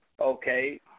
okay